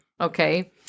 Okay